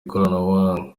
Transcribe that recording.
ikoranabuhanga